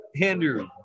Andrew